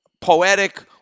poetic